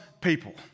people